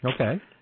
Okay